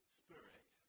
spirit